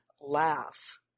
laugh